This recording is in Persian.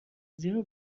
زیرا